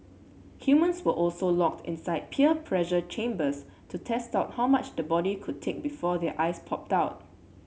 humans were also locked inside pear pressure chambers to test how much the body could take before their eyes popped out